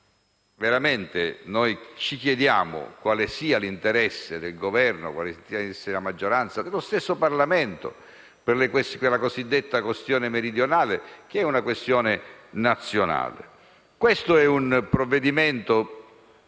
veramente noi ci chiediamo quale sia l'interesse del Governo, della maggioranza e dello stesso Parlamento per la cosiddetta questione meridionale, che è una questione nazionale. Questo è un provvedimento